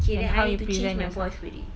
okay then I need to change my voice already